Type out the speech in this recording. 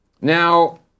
now